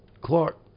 Clark